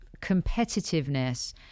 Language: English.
competitiveness